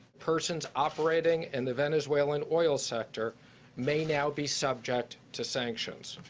persons operating in the venezuelan oil sector may now be subject to sanctions.